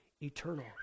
eternal